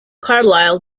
carlyle